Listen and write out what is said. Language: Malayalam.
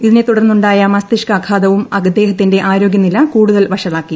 ഇന്ന് ഉ ായ മസ്തിഷ്കാഘാതവും അദ്ദേഹത്തിന്റെ ആരോഗ്യനില കൂടുതൽ വഷളാക്കി